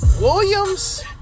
Williams